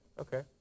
Okay